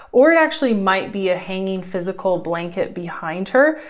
or it actually might be a hanging physical blanket behind her.